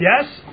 Yes